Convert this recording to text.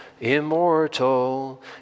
immortal